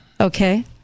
okay